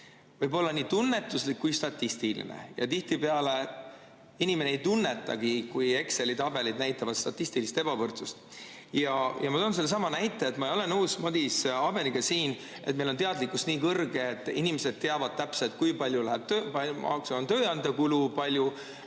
võib olla nii tunnetuslik kui ka statistiline. Tihtipeale inimene ei tunnetagi seda, kui Exceli tabelid näitavad statistilist ebavõrdsust. Ma toon sellesama näite, et ma ei ole nõus Madis Abeniga, et meil on teadlikkus nii kõrge, et inimesed teavad täpselt, kui palju on tööandja kulu, kui palju